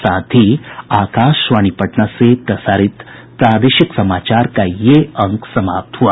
इसके साथ ही आकाशवाणी पटना से प्रसारित प्रादेशिक समाचार का ये अंक समाप्त हुआ